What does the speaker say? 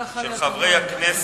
הצעות לסדר-היום של חברי הכנסת